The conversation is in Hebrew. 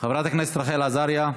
חברת הכנסת רחל עזריה,